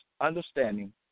understanding